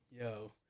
Yo